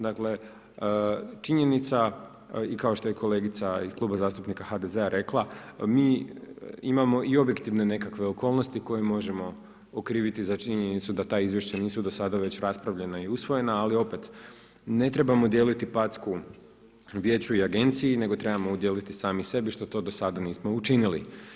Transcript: Dakle, činjenica i kao što je kolegica iz Kluba zastupnika HDZ-a rekla, mi imamo i objektivne nekakve okolnosti, koje možemo okriviti za činjenicu da ta izvješća nisu do sada već raspravljena i usvojena, ali opet ne trebamo dijeliti packu vijeću i agenciji, nego trebamo udijeliti sami sebi, što do to do sada nismo učinili.